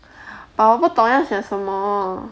but 我不懂要写什么